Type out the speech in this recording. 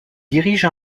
dirige